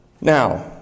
Now